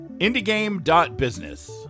indiegame.business